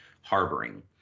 harboring